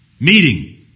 meeting